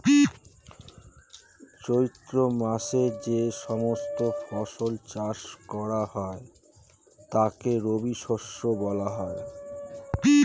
চৈত্র মাসে যে সমস্ত ফসল চাষ করা হয় তাকে রবিশস্য বলা হয়